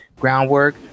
groundwork